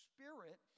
Spirit